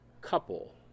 couple